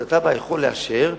אז התב"ע יכול לאשר,